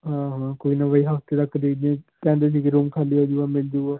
ਹਾਂ ਹਾਂ ਕੋਈ ਨਾ ਬਾਈ ਹਫਤੇ ਤੱਕ ਕਹਿੰਦੇ ਸੀਗੇ ਰੂਮ ਖਾਲੀ ਹੋ ਜੂਗਾ ਮਿਲ ਜੂਗਾ